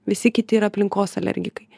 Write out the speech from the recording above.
visi kiti yra aplinkos alergikai